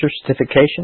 Certification